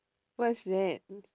what's that